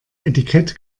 etikett